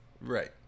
Right